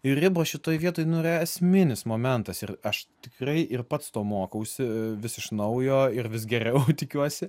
ir ribos šitoj vietoj nu yra esminis momentas ir aš tikrai ir pats to mokausi vis iš naujo ir vis geriau tikiuosi